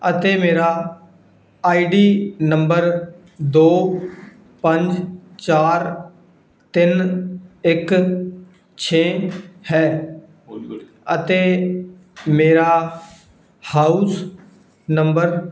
ਅਤੇ ਮੇਰਾ ID number ਦੋ ਪੰਜ ਚਾਰ ਤਿੰਨ ਇੱਕ ਛੇ ਹੈ ਅਤੇ ਮੇਰਾ ਹਾਊਸ ਨੰਬਰ